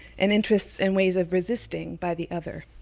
and interest in ways of resisting by the other.